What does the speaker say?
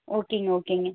ஓகேங்க ஓகேங்க